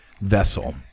vessel